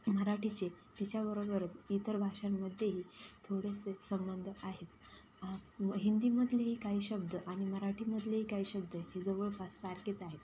मराठीचे तिच्याबरोबरच इतर भाषांमध्येही थोडेसे संबंध आहेत म हिंदीमधीलही काही शब्द आणि मराठीमधीलही काही शब्द हे जवळपास सारखेच आहेत